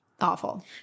Awful